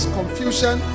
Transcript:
confusion